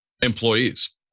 employees